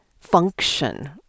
function